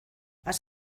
has